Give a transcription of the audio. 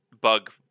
bug